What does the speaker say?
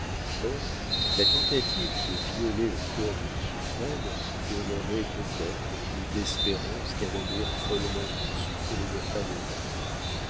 or la tentative de violer le cœur d'une souveraine donnerait peut-être plus d'espérances qu'un amour follement conçu pour une femme heureuse